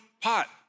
pot